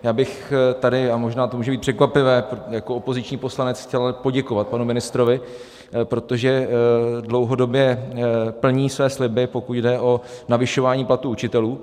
Já bych tady, a možná to může být překvapivé, jako opoziční poslanec chtěl poděkovat panu ministrovi, protože dlouhodobě plní své sliby, pokud jde o navyšování platů učitelů.